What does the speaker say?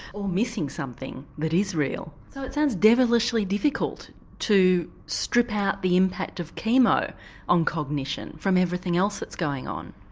or missing something that is real. so it sounds devilishly difficult difficult to strip out the impact of chemo on cognition from everything else that's going on.